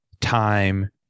time